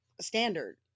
standard